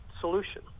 solution